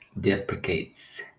deprecates